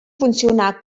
funcionà